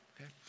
Okay